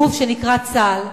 בגוף שנקרא צה"ל,